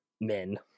men